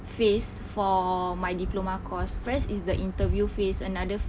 phase for my diploma course first is the interview phase another